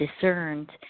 discerned